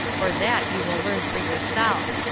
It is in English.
for that you will learn for yourself.